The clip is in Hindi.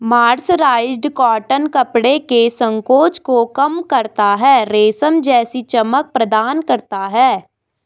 मर्सराइज्ड कॉटन कपड़े के संकोचन को कम करता है, रेशम जैसी चमक प्रदान करता है